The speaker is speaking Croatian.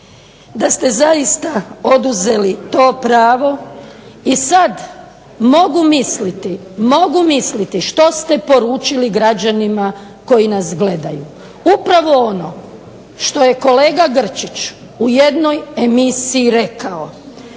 Da ste zaista oduzeli to pravo i sad mogu misliti što ste poručili građanima koji nas gledaju. Upravo ono što je kolega Grčić u jednoj emisiji rekao: